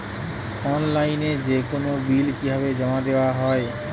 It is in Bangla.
অনলাইনে যেকোনো বিল কিভাবে জমা দেওয়া হয়?